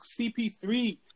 CP3